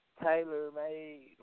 tailor-made